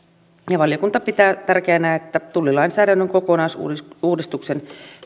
valiokunta pitää tärkeänä että tullilainsäädännön kokonaisuudistuksen